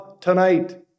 tonight